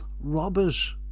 robbers